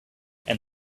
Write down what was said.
and